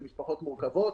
הן משפחות מורכבות,